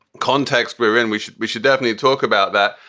context we're in, we should we should definitely talk about that.